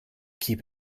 keep